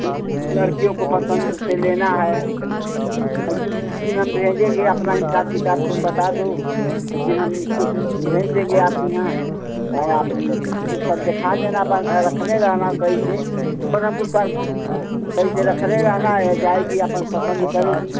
हम लड़कियों को पसंद से लेना है एक दिन एक दिन हम भेजेंगे अपना हिसाब किताब तुम बता दो एक दिन हम उसको भेज देंगे आपके यहाँ आपुन ऊ सब देखा देना बन रखने रहना सही से फोन हमको करना सही से रखने रहना यह जाएगी आपन पसंद करेगी